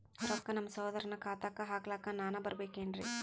ರೊಕ್ಕ ನಮ್ಮಸಹೋದರನ ಖಾತಾಕ್ಕ ಹಾಕ್ಲಕ ನಾನಾ ಬರಬೇಕೆನ್ರೀ?